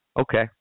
Okay